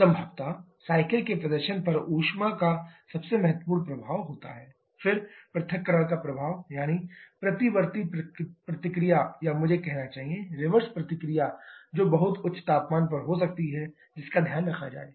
संभवतः साइकिल के प्रदर्शन पर ऊष्मा का सबसे महत्वपूर्ण प्रभाव होता है फिर पृथक्करण का प्रभाव यानी प्रतिवर्ती प्रतिक्रिया या मुझे कहना चाहिए कि रिवर्स प्रतिक्रिया जो बहुत उच्च तापमान पर हो सकती है जिसका ध्यान रखा जाएगा